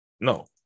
No